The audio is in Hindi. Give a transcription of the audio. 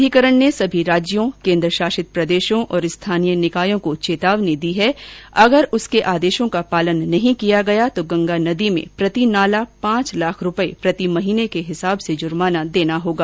अधिकरण ने सभी राज्यों केन्द्र शासित प्रदेशों और स्थानीय निकायों को चेतावनी दी है अगर उसके आदेशों का पालन नहीं किया गया तो गंगा नदी में प्रति नाला पांच लाख रूपये प्रति महीने के हिसाब से जुर्माना देना होगा